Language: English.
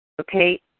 Okay